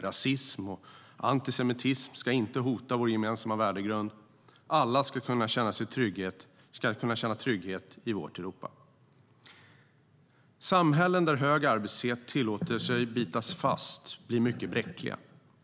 Rasism och antisemitism ska inte få hota vår gemensamma värdegrund. Alla ska kunna känna trygghet i vårt Europa.Samhällen där hög arbetslöshet tillåts bita sig fast blir mycket bräckliga.